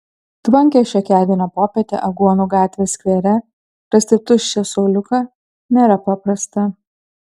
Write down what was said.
tvankią šiokiadienio popietę aguonų gatvės skvere rasti tuščią suoliuką nėra paprasta